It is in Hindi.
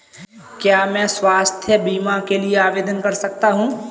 क्या मैं स्वास्थ्य बीमा के लिए आवेदन कर सकता हूँ?